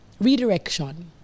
redirection